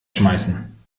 schmeißen